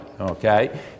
okay